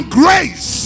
grace